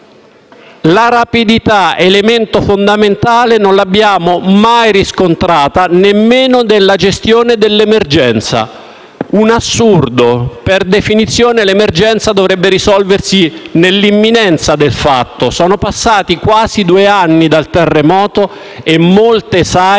La rapidità, elemento fondamentale, non l'abbiamo mai riscontrata, nemmeno nella gestione dell'emergenza: un assurdo. Per definizione l'emergenza dovrebbe risolversi nell'imminenza del fatto; invece sono passati quasi due anni dal terremoto e molte